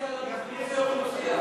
אוכלוסייה,